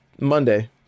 monday